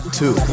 two